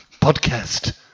podcast